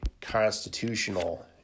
constitutional